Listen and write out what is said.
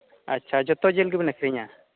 ᱟᱪᱪᱷᱟ ᱡᱚᱛᱚ ᱡᱤᱞᱜᱮᱵᱤᱱ ᱟᱹᱠᱷᱨᱤᱧᱟ